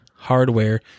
Hardware